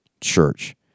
church